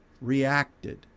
reacted